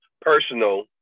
personal